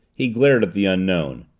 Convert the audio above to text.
he glared at the unknown.